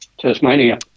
Tasmania